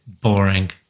boring